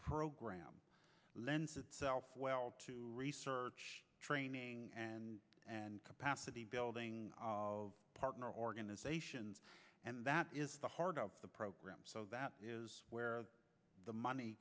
program lends itself well research training and capacity building partner organizations and that is the heart of the program so that is where the money